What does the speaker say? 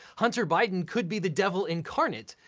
hunter biden could be the devil incarnate,